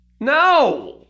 No